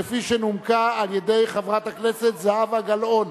כפי שנומקה על-ידי חברת הכנסת זהבה גלאון.